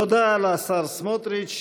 תודה לשר סמוטריץ',